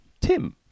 Tim